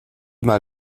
mal